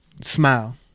smile